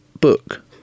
book